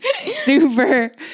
super